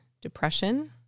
depression